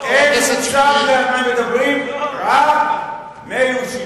שלא קראו את החוק.